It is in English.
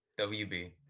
wb